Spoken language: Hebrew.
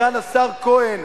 סגן השר כהן,